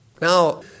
Now